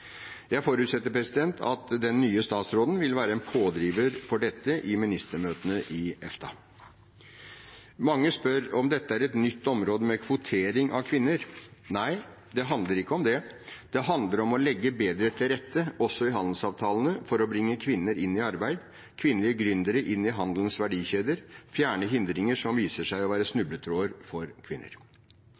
Jeg forutsetter at den nye statsråden vil være en pådriver for dette i ministermøtene i EFTA. Mange spør om dette er et nytt område med kvotering av kvinner. Nei, det handler ikke om det. Det handler om å legge bedre til rette – også i handelsavtalene – for å bringe kvinner inn i arbeid, kvinnelige gründere inn i handelens verdikjeder, fjerne hindringer som viser seg å være snubletråder for kvinner.